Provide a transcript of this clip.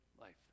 life